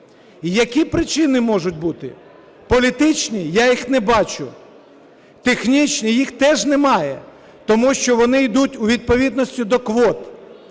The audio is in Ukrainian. І які причини можуть бути? Політичні? Я їх не бачу. Технічні? Їх теж немає, тому що вони йдуть у відповідності до квот.